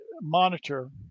monitor